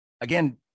again